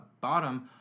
bottom